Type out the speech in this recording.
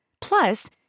Plus